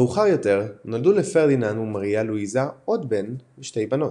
מאוחר יותר נולדו לפרדיננד ומריה לואיזה עוד בן ושתי בנות.